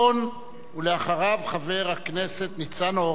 חבר הכנסת אילן גילאון,